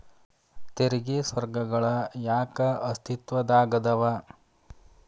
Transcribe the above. ತೆರಿಗೆ ಸ್ವರ್ಗಗಳ ಯಾಕ ಅಸ್ತಿತ್ವದಾಗದವ